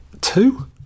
Two